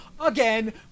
again